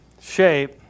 shape